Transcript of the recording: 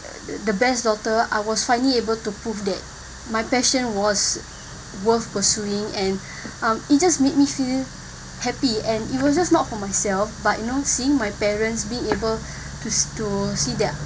the best daughter I was finally able to prove that my passion was worth pursuing and um it just made me feel happy and it was just not for myself but you know seeing my parents being able to to see that